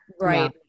Right